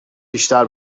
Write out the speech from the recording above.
بیشتر